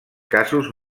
casos